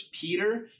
Peter